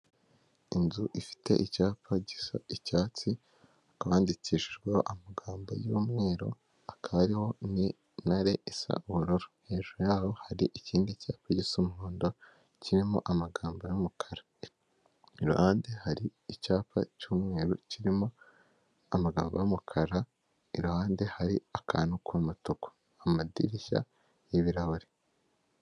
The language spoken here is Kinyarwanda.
Inzu ifite icyapa gisa icyatsi hakaba handikishijweho amagambo y'umweru hakaba hariho n'intare isa ubururu, hejuru yaho hari ikindi cyapa gisa umuhondo kirimo amagambo y'umukara, iruhande hari icyapa cy'umweru kirimo amagambo y'umukara, iruhande hari akantu k'umutuku amadirishya y'ibirahure.